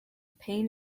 pain